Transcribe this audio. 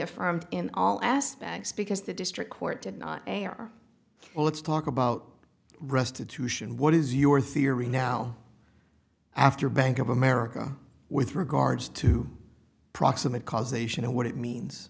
affirmed in all aspects because the district court did not air well let's talk about restitution what is your theory now after bank of america with regards to proximate cause they should know what it means